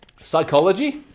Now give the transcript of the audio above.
psychology